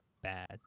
bad